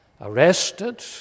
arrested